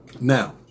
Now